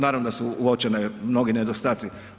Naravno da su uočeni mnogi nedostaci.